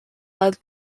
lead